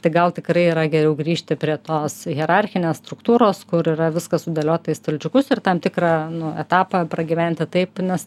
tai gal tikrai yra geriau grįžti prie tos hierarchinės struktūros kur yra viskas sudėliota į stalčiukus ir tam tikrą nu etapą pragyventi taip nes